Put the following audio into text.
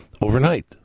overnight